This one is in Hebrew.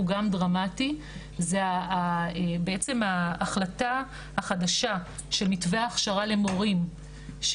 הוא גם דרמטי והוא בעצם ההחלטה החדשה של מתווה ההכשרה למורים.